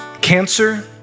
Cancer